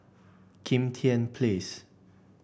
Kim Tian Place